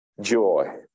joy